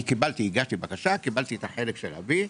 אני הגשתי בקשה, קיבלתי את החלק של אבי,